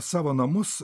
savo namus